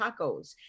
Tacos